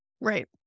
Right